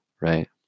right